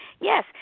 Yes